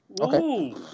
Okay